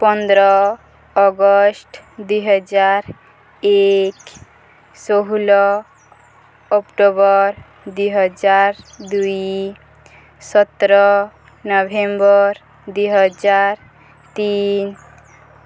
ପନ୍ଦର ଅଗଷ୍ଟ ଦୁଇହଜାର ଏକ ଷୋହଳ ଅକ୍ଟୋବର ଦୁଇହଜାର ଦୁଇ ସତର ନଭେମ୍ବର ଦୁଇହଜାର ତିନି